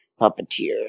puppeteer